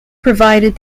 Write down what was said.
provided